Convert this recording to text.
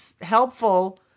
helpful